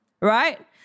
Right